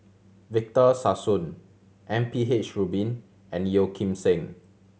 Victor Sassoon M P H Rubin and Yeo Kim Seng